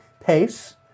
pace